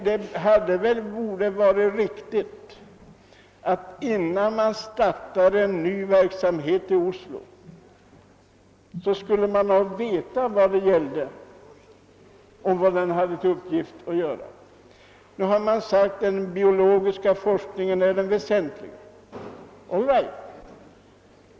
Det riktiga borde väl ha varit att man, innan man startar en ny verksamhet i Oslo, vetat vad det gällde. Nu har det sagts att den biologiska forskningen är det väsentliga. All right!